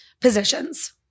positions